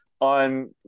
on